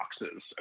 boxes